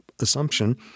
assumption